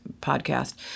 podcast